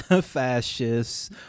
fascists